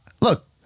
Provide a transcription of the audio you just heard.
look